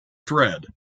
thread